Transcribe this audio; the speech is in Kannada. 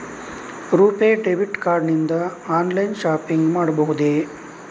ರುಪೇ ಡೆಬಿಟ್ ಕಾರ್ಡ್ ನಿಂದ ಆನ್ಲೈನ್ ಶಾಪಿಂಗ್ ಮಾಡಬಹುದೇ?